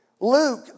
Luke